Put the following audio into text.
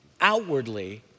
outwardly